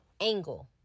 angle